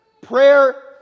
prayer